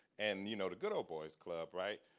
and you know the good ol' boys club, right?